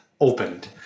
opened